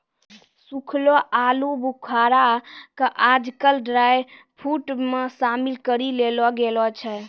सूखलो आलूबुखारा कॅ आजकल ड्रायफ्रुट मॅ शामिल करी लेलो गेलो छै